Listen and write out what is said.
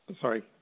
Sorry